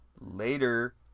Later